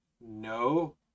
No